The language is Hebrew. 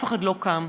אף אחד לא קם.